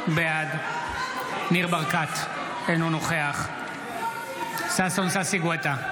בעד ניר ברקת, אינו נוכח ששון ששי גואטה,